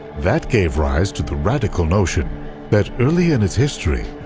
that gave rise to the radical notion that, early in its history,